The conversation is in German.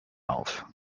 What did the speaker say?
auf